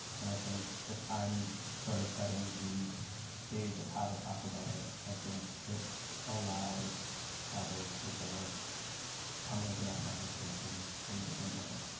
and i think if i'm sort of setting the stage of how to talk about it, i think it allows others to sort of come into that conversation in a different way.